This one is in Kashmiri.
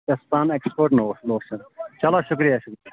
اچھا سَن ایٚکٕسپٲٹ لوٚشَن چَلو شُکرِیا شُکرِیا